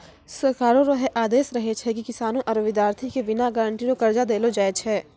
सरकारो रो है आदेस रहै छै की किसानो आरू बिद्यार्ति के बिना गारंटी रो कर्जा देलो जाय छै